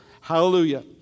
Hallelujah